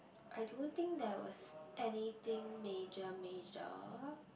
I don't think there was anything major major